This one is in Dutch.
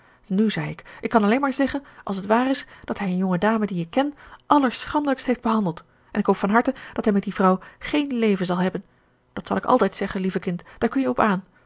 nu zei ik ik kan alleen maar zeggen als t waar is dat hij een jonge dame die ik ken allerschandelijkst heeft behandeld en ik hoop van harte dat hij met die vrouw géén leven zal hebben dat zal ik altijd zeggen lieve kind daar kun je op aan